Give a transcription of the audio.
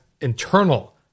internal